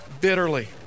bitterly